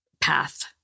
path